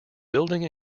building